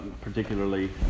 Particularly